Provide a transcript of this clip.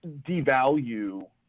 devalue